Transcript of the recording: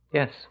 Yes